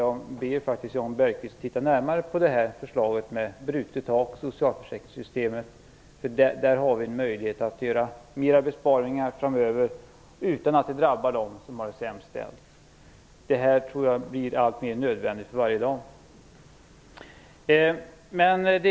Jag ber Jan Bergqvist att titta närmare på förslaget med brutet tak i socialförsäkringssystemet. Där har vi en möjlighet att göra mer besparingar framöver utan att det drabbar dem som har det sämst ställt. Jag tror att det blir alltmer nödvändigt för varje dag.